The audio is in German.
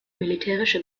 militärische